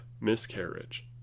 miscarriage